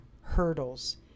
hurdles